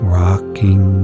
rocking